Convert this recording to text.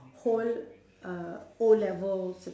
whole uh O-level cer~